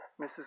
Mrs